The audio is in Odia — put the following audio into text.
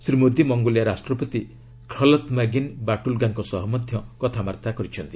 ଶ୍ରୀ ମୋଦୀ ମଙ୍ଗୋଲିଆ ରାଷ୍ଟ୍ରପତି ଖଲ୍ତମାଗିନ୍ ବାଟୁଲ୍ଗାଙ୍କ ସହ ମଧ୍ୟ କଥାବାର୍ତ୍ତା କରିଛନ୍ତି